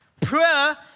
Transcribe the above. Prayer